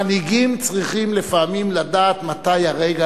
מנהיגים צריכים לפעמים לדעת מתי הרגע